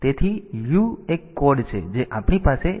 તેથી u એક code છે જે આપણી પાસે AJMP માટે છે